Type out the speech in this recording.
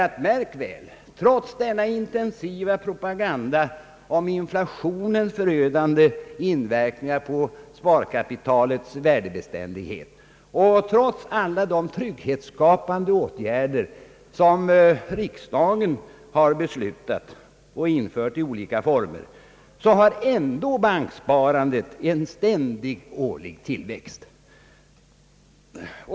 Ty märk väl, trots den intensiva propagandan om inflationens förödande inverkan på sparkapitalets värdebeständighet och trots de trygghetsskapande åtgärder, som riksdagen har beslutat och som i olika former vidtagits, har banksparandet ändå visat en oavbruten årlig tillväxt.